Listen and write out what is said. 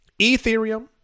Ethereum